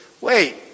Wait